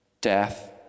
death